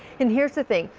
and here is the thing.